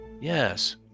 Yes